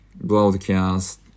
broadcast